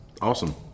awesome